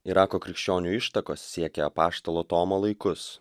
irako krikščionių ištakos siekia apaštalo tomo laikus